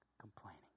complaining